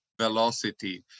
velocity